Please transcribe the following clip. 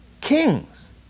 Kings